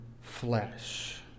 flesh